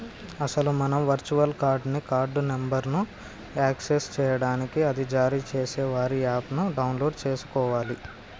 అసలు మనం virtual card ని కార్డు నెంబర్ను యాక్సెస్ చేయడానికి అది జారీ చేసే వారి యాప్ ను డౌన్లోడ్ చేసుకోవాలి